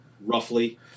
roughly